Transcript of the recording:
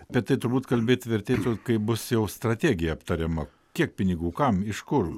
bet turbūt kalbėt vertėtų kaip bus jau strategija aptariama kiek pinigų kam iš kur